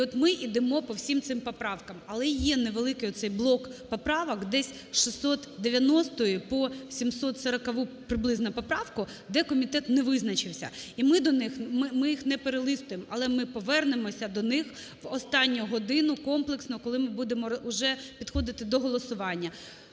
І от ми ідемо по всім цим поправкам. Але є невеликий оцей блок поправок, десь з 690-ї по 740-у приблизно поправку, де комітет не визначився. І ми їх неперелистуємо, але ми повернемося до них в останню годину комплексно, коли ми будемо уже підходити до голосування.